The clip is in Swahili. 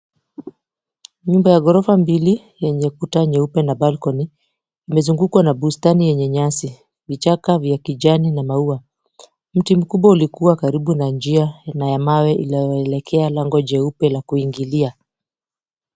Nyumba ya ghorofa mbili yenye kuta nyeupe na balkoni, imezungukwa na bustani yenye nyasi, vichaka vya kijani na maua. Mti mkubwa ulikuwa karibu na njia na ya mawe inayoelekea lango jeupe la kuingilia.